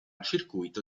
circuito